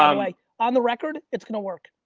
um like on the record, it's gonna work.